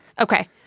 Okay